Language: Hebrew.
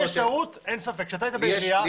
כשאתה היית בעירייה,